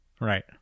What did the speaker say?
Right